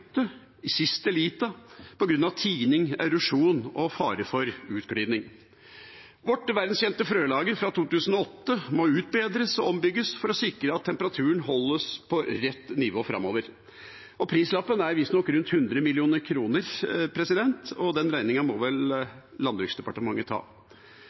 flytte i siste lita på grunn av tining, erosjon og fare for utglidning. Vårt verdenskjente frølager fra 2008 må utbedres og ombygges for å sikre at temperaturen holdes på rett nivå framover. Prislappen er visstnok på rundt 100 mill. kr, og den regninga må vel Landbruksdepartementet ta.